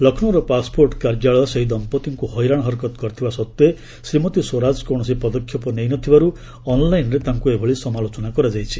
ଲକ୍ଷ୍ରୌର passport କାର୍ଯ୍ୟାଳୟ ସେହି ଦମ୍ପତ୍ତିଙ୍କୁ ହଇରାଣ ହରକତ କରିଥିବା ସତ୍ୱେ ଶ୍ରୀମତୀ ସ୍ୱରାଜ କୌଣସି ପଦକ୍ଷେପ ନେଇନଥିବାରୁ ଅନ୍ଲାଇନ୍ରେ ତାଙ୍କୁ ଏଭଳି ସମାଲୋଚନା କରାଯାଇଛି